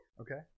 Okay